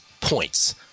points